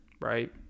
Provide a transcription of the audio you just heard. right